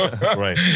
Right